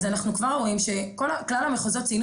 אז אנחנו כבר רואים שכלל המחוזות ציינו